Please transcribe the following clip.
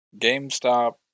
GameStop